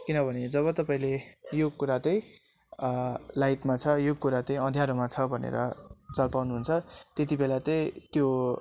किनभने जब तपाईँले यो कुरा चाहिँ लाइटमा छ यो कुरा चाहिँ अँध्यारोमा छ भनेर चाल पाउनु हुन्छ त्यति बेला चाहिँ त्यो